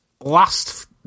Last